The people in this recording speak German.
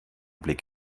blick